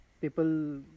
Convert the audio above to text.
people